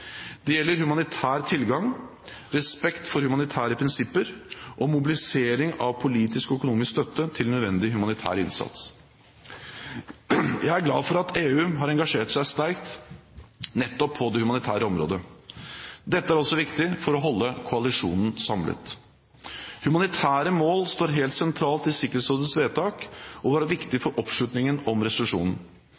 Det gjelder humanitær tilgang, respekt for humanitære prinsipper og mobilisering av politisk og økonomisk støtte til nødvendig humanitær innsats. Jeg er glad for at EU har engasjert seg så sterkt nettopp på det humanitære området. Dette er også viktig for å holde koalisjonen samlet. Humanitære mål står helt sentralt i Sikkerhetsrådets vedtak og